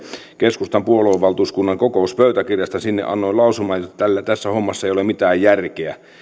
keskustan puoluevaltuuskunnan kokouspöytäkirjasta johon annoin lausuman että tässä hommassa ei ole mitään järkeä